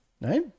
Right